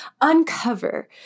uncover